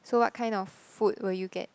so what kind of food will you get